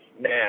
now